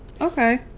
okay